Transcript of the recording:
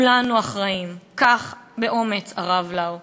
כולנו אחראים" כך, באומץ, הרב לאו.